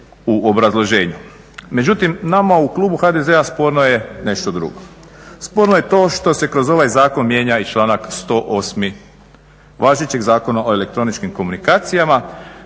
u obrazloženju. Međutim, nama u klubu HDZ-a sporno je nešto drugo. Sporno je to što se kroz ovaj zakon mijenja i članak 108. važećeg Zakona o elektroničkim komunikacijama